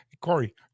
Corey